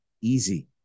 easy